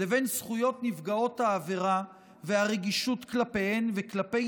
לבין זכויות נפגעות העבירה והרגישות כלפיהן וכלפי